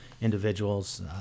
individuals